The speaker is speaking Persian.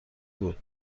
بود